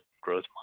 growth